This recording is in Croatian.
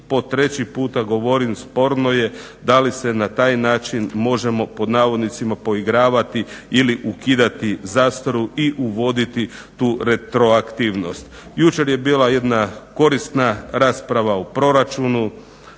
i po treći puta govorim sporno je da li se na taj način možemo "poigravati" ili ukidati zastaru i uvoditi tu retroaktivnost. Jučer je bila jedna korisna rasprava o proračunu.